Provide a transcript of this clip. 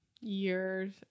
years